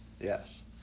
Yes